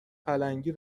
پلنگی